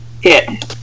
hit